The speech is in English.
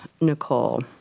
Nicole